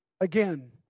Again